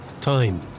Time